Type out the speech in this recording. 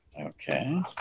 Okay